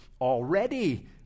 already